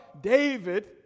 David